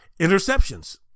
interceptions